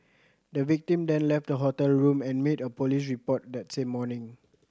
the victim then left the hotel room and made a police report that same morning